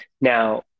Now